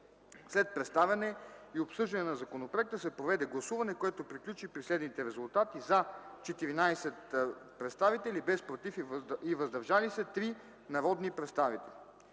След представяне и обсъждане на законопроекта се проведе гласуване, което приключи при следните резултати: „за” – 14 народни представители, без „против” и „въздържали се” – 3 народни представители.